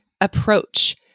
approach